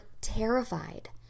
terrified